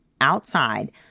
outside